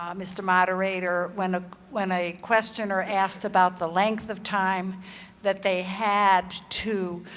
um mr. moderator, when ah when a questioner asked about the length of time that they had to